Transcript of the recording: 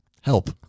Help